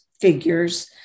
figures